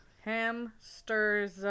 Hamsters